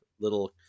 Little